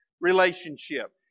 relationship